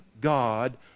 God